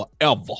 forever